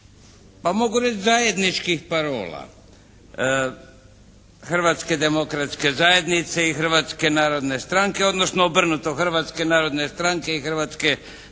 pa mogu reći zajedničkih parola Hrvatske demokratske zajednice i Hrvatske narodne stranke, odnosno obrnute Hrvatske narodne stranke i Hrvatske